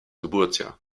geburtsjahr